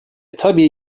tabii